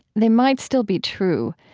they might still be true,